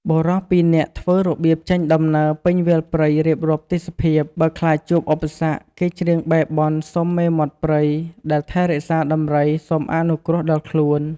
បុរសពីរនាក់ធ្វើរបៀបចេញដំណើរ ពេញវាលព្រៃ រៀបរាប់ទេសភាព ។ បើខ្លាចជួបឧបសគ្គ គេច្រៀងបែរបន់ សុំមេមត់ព្រៃ ដែលថែរក្សាដំរី សុំអនុគ្រោះដល់ខ្លួន។